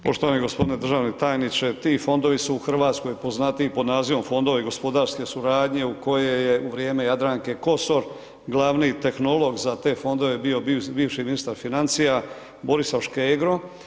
Poštovani gospodine državni tajniče ti fondovi su u Hrvatskoj poznatiji pod nazivom fondovi gospodarske suradnje u kojoj je u vrijeme Jadranke Kosor glavni tehnolog za te fondove bio bivši ministar financija Borislav Škegro.